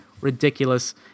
ridiculous